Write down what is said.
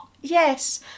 Yes